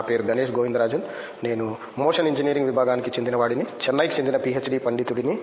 నా పేరు గణేష్ గోవిందరాజన్ నేను మోషన్ ఇంజనీరింగ్ విభాగానికి చెందినవాడిని చెన్నైకి చెందిన పీహెచ్డీ పండితుడిని